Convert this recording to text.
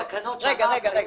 רגע,